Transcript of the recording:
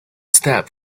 step